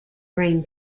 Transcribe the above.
rain